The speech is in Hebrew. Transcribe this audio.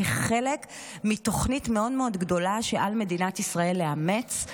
כחלק מתוכנית מאוד מאוד גדולה שעל מדינת ישראל לאמץ,